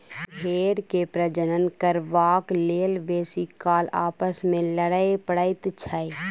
भेंड़ के प्रजनन करबाक लेल बेसी काल आपस मे लड़य पड़ैत छै